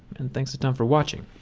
and thanks a ton for watching.